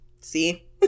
See